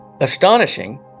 astonishing